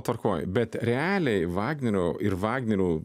tvarkoj bet realiai vagnerio ir vagnerio